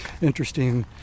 Interesting